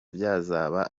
byazaba